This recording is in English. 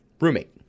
roommate